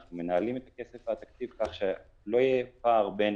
אנחנו מנהלים את הכסף ואת התקציב כך שלא יהיה פער בין